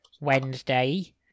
Wednesday